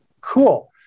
Cool